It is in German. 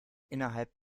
innerhalb